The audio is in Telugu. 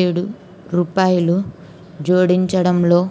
ఏడు రూపాయలు జోడించడంలో